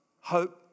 Hope